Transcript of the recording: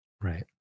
Right